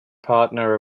partner